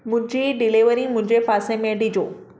मुंहिंजी डिलीवरी मुंहिंजे पासे में ॾिजो